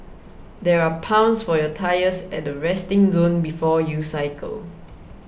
there are pumps for your tyres at the resting zone before you cycle